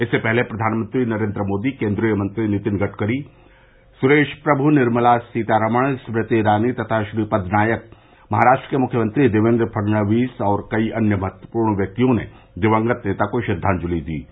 इससे पहले प्रधानमंत्री नरेन्द्र मोदी केन्द्रीय मंत्री नितिन गडकरी सुरेश प्रमु निर्मला सीतारमण स्मृति इरानी तथा श्रीपद नायक महराष्ट्र के मुख्यमंत्री देवेन्द्र फडणवीस और कई अन्य महत्वपूर्ण व्यक्तियों ने दिवंगत नेता को श्रद्वांजलि दी है